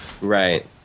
Right